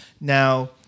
Now